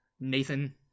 Nathan